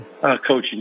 coaching